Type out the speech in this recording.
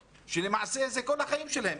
כשלמעשה זה כל החיים שלהם?